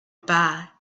bad